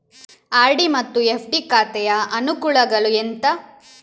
RD ಮತ್ತು FD ಖಾತೆಯ ಅನುಕೂಲಗಳು ಎಂತ?